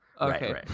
Okay